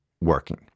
working